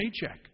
paycheck